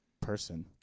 person